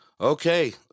Okay